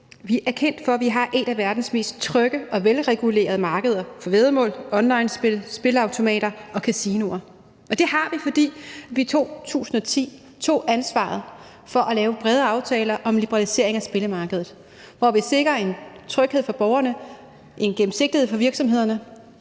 vi er kendt for, at vi har et af verdens mest trygge og velregulerede markeder for væddemål, onlinespil, spilleautomater og kasinoer, og det har vi, fordi vi i 2010 tog ansvaret for at lave brede aftaler om en liberalisering af spillemarkedet, hvor vi sikrer en tryghed for borgerne, en gennemsigtighed for virksomhederne